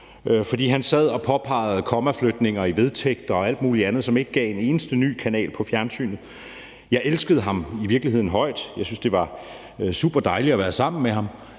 for han sad og påpegede kommaflytninger i vedtægter og alt muligt andet, som ikke gav en eneste ny kanal på fjernsynet. Jeg elskede ham i virkeligheden højt, og jeg synes, det var super dejligt at være sammen med ham,